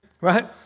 right